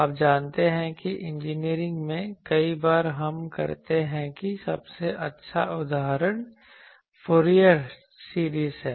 आप जानते हैं कि इंजीनियरिंग में कई बार हम करते हैं कि सबसे अच्छा उदाहरण फूरियर सीरीज है